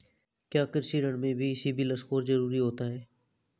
क्या कृषि ऋण में भी सिबिल स्कोर जरूरी होता है?